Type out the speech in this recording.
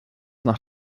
nach